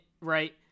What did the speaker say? right